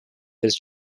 was